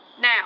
Now